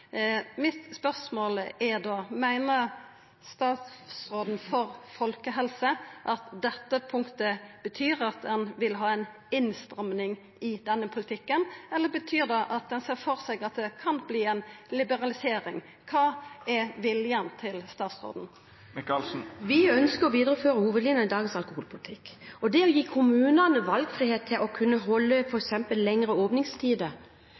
Mitt spørsmål er da: Meiner statsråden for folkehelse at dette punktet betyr at ein vil ha ei innstramming i denne politikken, eller betyr det at ein ser for seg at det kan verta ei liberalisering? Kva er viljen til statsråden? Vi ønsker å videreføre hovedlinjene i dagens alkoholpolitikk og å gi kommunene valgfrihet til f.eks. å kunne ha lengre åpningstider